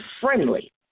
friendly